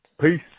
peace